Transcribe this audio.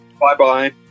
Bye-bye